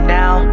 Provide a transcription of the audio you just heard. now